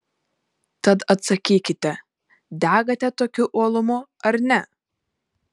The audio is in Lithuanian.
tad atsakykite degate tokiu uolumu ar ne